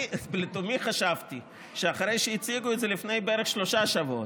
אני לתומי חשבתי שאחרי שהציגו את זה לפני בערך שלושה שבועות,